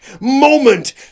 moment